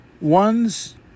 One's